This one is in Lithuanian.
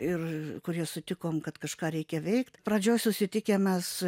ir kurie sutikom kad kažką reikia veikt pradžioj susitikę mes